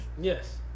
Yes